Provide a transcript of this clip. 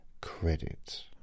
Credit